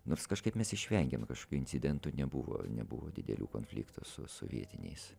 nors kažkaip mes išvengėm kažkokių incidentų nebuvo nebuvo didelių konfliktų su vietiniais